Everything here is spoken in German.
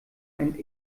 ein